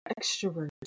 extrovert